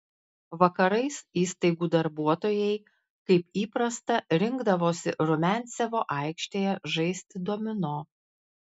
vakarais įstaigų darbuotojai kaip įprasta rinkdavosi rumiancevo aikštėje žaisti domino